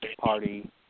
party